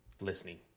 Listening